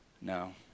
no